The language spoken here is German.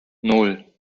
nan